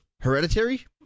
Hereditary